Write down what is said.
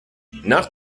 nach